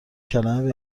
کلمه